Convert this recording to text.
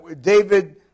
David